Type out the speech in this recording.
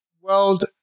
world